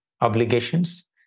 obligations